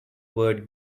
word